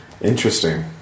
interesting